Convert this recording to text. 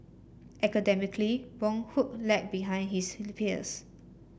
academically Boon Hock lagged behind his peers